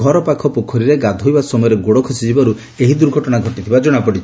ଘର ପାଖ ପୋଖରୀରେ ଗାଧୋଇବା ସମୟରେ ଗୋଡ ଖସିଯିବାରୁ ଏହି ଦୁର୍ଘଟଣା ଘଟିଥିବା ଜଣାପଡିଛି